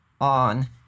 on